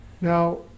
Now